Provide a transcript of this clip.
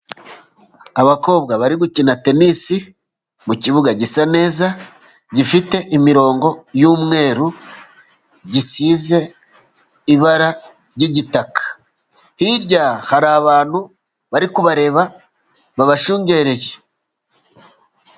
Abakobwa bari gukina tenisi mu kibuga gisa neza, gifite imirongo yu'mweru, gisize ibara ry'igitaka. Hirya hari abantu bari kubareba, babashungereye.